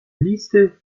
listy